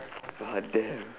ah damn